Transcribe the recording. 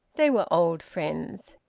they were old friends.